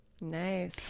Nice